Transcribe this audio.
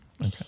Okay